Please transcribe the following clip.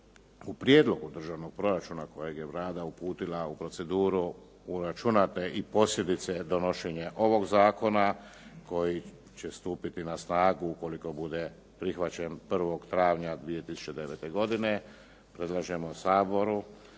u Prijedlogu državnog proračuna kojeg je Vlada uputila u procedura uračunate i posljedice donošenja ovog zakona koji će stupiti na snagu ukoliko bude prihvaćen, 1. travnja 2009. godine, predlažemo Saboru